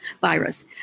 virus